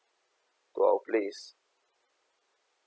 to our place